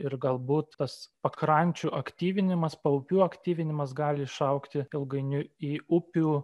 ir galbūt tas pakrančių aktyvinimas paupių aktyvinimas gali išaugti ilgainiui į upių